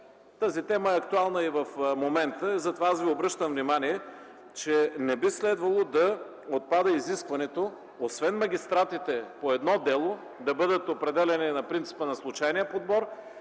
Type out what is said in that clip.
Тази тема е актуална и в момента, затова аз ви обръщам внимание, че не би следвало да отпада изискването, освен магистратите по едно дело да бъдат определяни на принципа на случайния подбор,